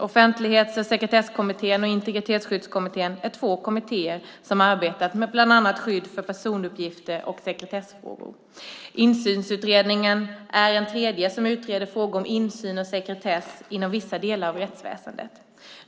Offentlighets och sekretesskommittén och Integritetsskyddskommittén är två kommittéer som arbetat med bland annat skydd för personuppgifter och sekretessfrågor. Insynsutredningen är en tredje som utreder frågor om insyn och sekretess inom vissa delar av rättsväsendet.